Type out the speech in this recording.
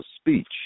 speech